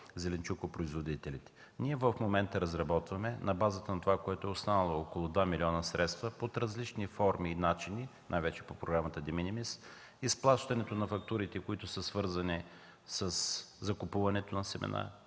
зеленчукопроизводителите. В момента разработваме, на базата на това, което е останало – около 2 милиона, под различни форми и начини, най-вече по Програмата „De minimis”, средствата по фактурите, свързани със закупуването на семена,